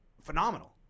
phenomenal